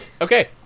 Okay